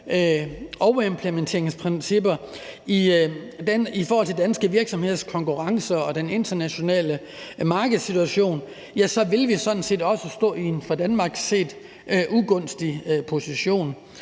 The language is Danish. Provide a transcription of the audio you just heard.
overimplementeringsprincipper i forhold til danske virksomheders konkurrenceevne og den internationale markedssituation, vil vi i Danmark stå i en ugunstig position.